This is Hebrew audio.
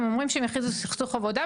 הם אמרים שם יכריזו על סכסוך עבודה,